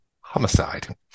homicide